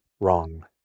wrong